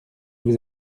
vous